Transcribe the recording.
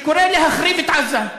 שקורא להחריב את עזה.